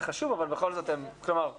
זה חשוב, אבל בכל זאת זה נתון שלהם.